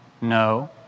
no